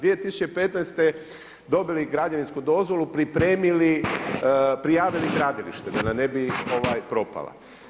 2015. dobili građevinsku dozvolu, pripremili, prijavili gradilište, da nam ne bi propala.